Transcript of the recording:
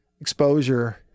Exposure